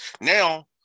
Now